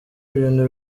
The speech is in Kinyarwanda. ibintu